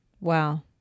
wow